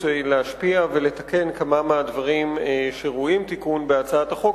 להשפיע ולתקן כמה מהדברים שראויים תיקון בהצעת החוק,